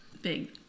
Big